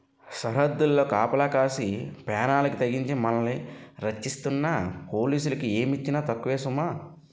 సరద్దుల్లో కాపలా కాసి పేనాలకి తెగించి మనల్ని రచ్చిస్తున్న పోలీసులకి ఏమిచ్చినా తక్కువే సుమా